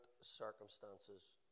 circumstances